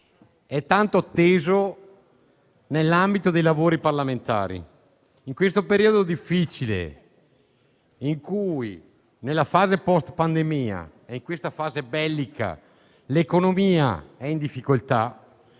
tanto atteso nell'ambito dei lavori parlamentari. In questo periodo difficile in cui nella fase *post*-pandemia e nell'attuale fase bellica l'economia è in difficoltà,